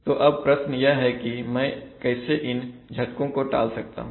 तो अब प्रश्न यह है कि मैं कैसे इन झटकों को टाल सकता हूं